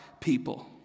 people